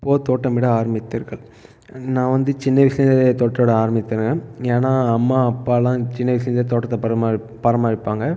எப்போது தோட்டமிட ஆரம்பித்தீர்கள் நான் வந்து சின்ன வயசிலேயே தோட்டமிட ஆரம்பித்தேன் ஏன்னா அம்மா அப்பாலாம் சின்ன வயசிலேயே தோட்டத்தை பராமரிப்பாங்க